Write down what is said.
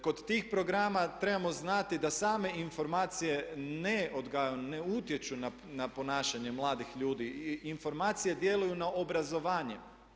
Kod tih programa trebamo znati da same informacije ne utječu na ponašanje mladih ljudi i informacije djeluju na obrazovanje.